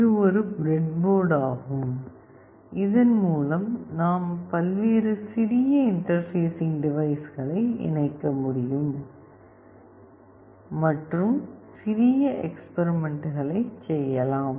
இது ஒரு ப்ரெட்போர்டு ஆகும் இதன் மூலம் நாம் பல்வேறு சிறிய இன்டர்பேஸிங் டிவைஸ்களை இணைக்க முடியும் மற்றும் சிறிய எக்ஸ்பெரிமெண்ட்களை செய்யலாம்